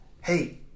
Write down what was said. hey